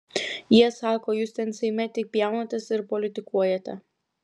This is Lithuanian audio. jie sako jūs ten seime tik pjaunatės ir politikuojate